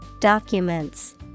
Documents